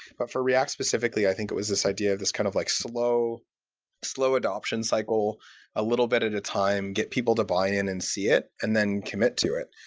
but for react specifically, i think it was this idea of this kind of like slow slow adoption cycle a little bit at a time, get people to buy in and see it and then commit to it.